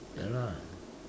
ya lah